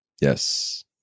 Yes